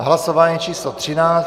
Hlasování číslo 13.